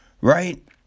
Right